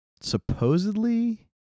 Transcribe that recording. Supposedly